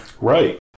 Right